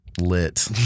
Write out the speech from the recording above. lit